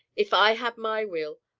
if i had my will,